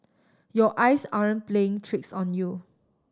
your eyes aren't playing tricks on you